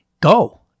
Go